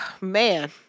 Man